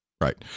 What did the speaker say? Right